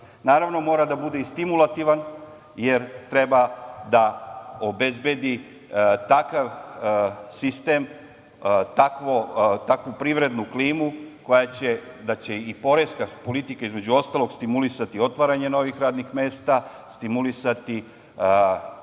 Naravno, mora da bude i stimulativan, jer treba da obezbedi takav sistem, takvu privrednu klimu da će i poreska politika, između ostalog, stimulisati otvaranje novih radnih mesta, stimulisati